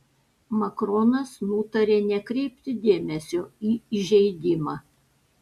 makronas nutarė nekreipti dėmesio į įžeidimą